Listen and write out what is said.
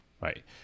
right